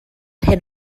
hyn